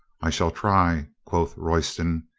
i shall try, quoth royston.